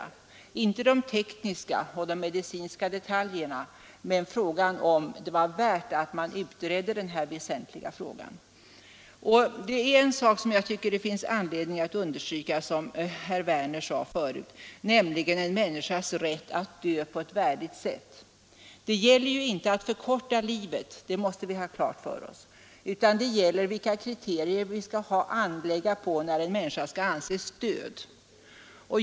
Det gällde inte de tekniska och medicinska detaljerna utan om det var värt att utreda denna väsentliga fråga. En sak, som herr Werner i Malmö sade, tycker jag är värd att understryka, nämligen en människas rätt att dö på ett värdigt sätt. Det gäller ju inte att förkorta livet, det måste vi ha klart för oss, utan det gäller vilka kriterier vi skall anlägga på när en människa anses död.